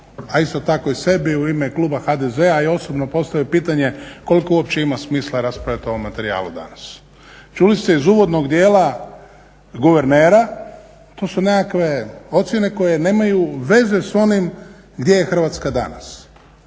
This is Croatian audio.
a isto tako i sebi u ime kluba HDZ-a i osobno postavio pitanje koliko uopće ima smisla raspravljati o ovom materijalu danas. Čuli ste iz uvodnog dijela guvernera to su nekakve ocjene koje nemaju veze sa onim gdje je Hrvatska danas